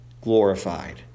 glorified